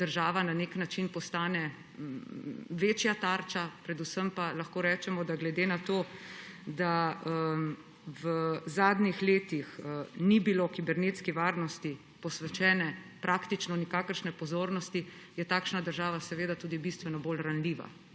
država na nek način postane večja tarča. Predvsem pa lahko rečemo, da je glede na to, da v zadnjih letih ni bilo kibernetski varnosti posvečene praktično nikakršne pozornosti, takšna država seveda tudi bistveno bolj ranljiva